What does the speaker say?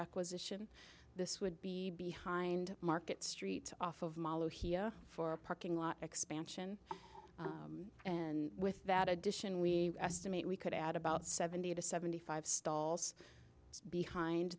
acquisition this would be behind market street off of malo heah for a parking lot expansion and with that addition we estimate we could add about seventy to seventy five stalls behind